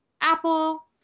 apple